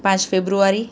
પાંચ ફેબ્રુઆરી